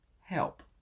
help